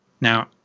Now